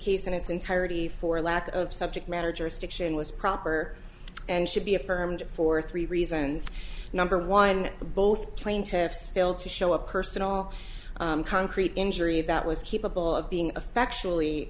case in its entirety for lack of subject matter jurisdiction was proper and should be affirmed for three reasons number one and both plaintiffs fail to show a personal concrete injury that was capable of being a factually